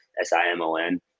S-I-M-O-N